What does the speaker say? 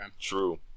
True